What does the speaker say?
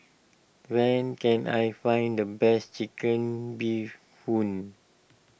when can I find the best Chicken Bee Hoon